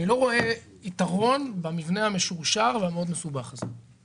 אני לא רואה יתרון במבנה המשורשר והמסובך מאוד הזה.